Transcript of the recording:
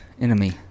enemy